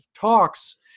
talks